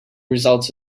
results